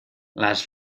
las